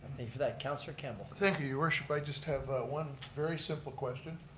you for that. councilor campbell. thank you your worship, i just have one very simple question.